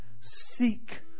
Seek